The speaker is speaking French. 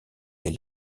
les